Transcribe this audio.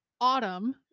autumn